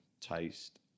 taste